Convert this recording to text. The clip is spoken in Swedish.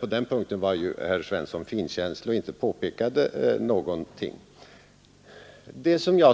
På den punkten var herr Svensson finkänslig och gjorde inget påpekande. Det är